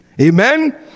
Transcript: amen